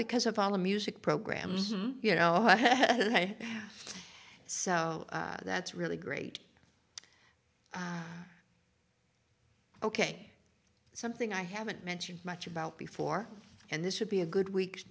because of all the music programs you know so that's really great ok something i haven't mentioned much about before and this would be a good week